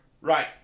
Right